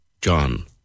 John